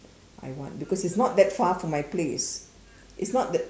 I want because it's not that far from my place it's not that